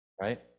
right